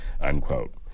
unquote